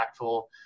impactful